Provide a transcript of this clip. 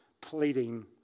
pleading